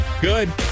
good